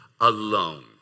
alone